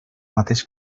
mateix